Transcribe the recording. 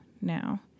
now